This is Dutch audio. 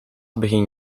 begin